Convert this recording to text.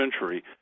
century